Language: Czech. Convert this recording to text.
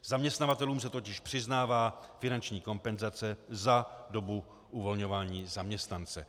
Zaměstnavatelům se totiž přiznává finanční kompenzace za dobu uvolňování zaměstnance.